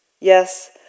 Yes